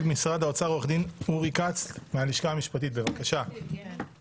כלכלי (נגיף הקורונה החדש) (הוראת שעה) (תיקון מס' 7)